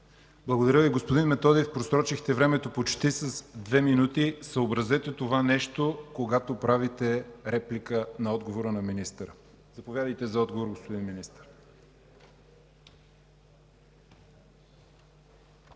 Благодаря Ви. Господин Методиев, просрочихте времето почти с две минути. Съобразете това нещо, когато правите реплика на отговора на министъра. Заповядайте за отговор, господин Министър.